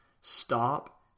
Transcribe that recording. Stop